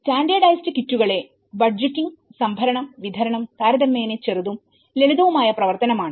standardised കിറ്റുകളുടെ ബഡ്ജറ്റിംഗ്സംഭരണംവിതരണം താരതമ്യേന ചെറുതുംലളിതവുമായ പ്രവർത്തനം ആണ്